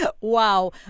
Wow